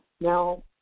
now